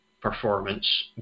performance